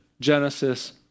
Genesis